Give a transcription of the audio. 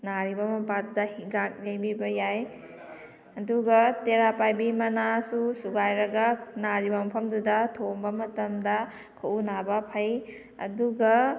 ꯅꯥꯔꯤꯕ ꯃꯄꯥꯗꯨꯗ ꯍꯤꯒꯥ ꯌꯩꯕꯤꯕ ꯌꯥꯏ ꯑꯗꯨꯒ ꯇꯦꯔꯥ ꯄꯥꯏꯕꯤ ꯃꯅꯥꯁꯨ ꯁꯨꯒꯥꯏꯔꯒ ꯅꯥꯔꯤꯕ ꯃꯐꯝꯗꯨꯗ ꯊꯣꯝꯕ ꯃꯇꯝꯗ ꯈꯨꯎ ꯅꯥꯕ ꯐꯩ ꯑꯗꯨꯒ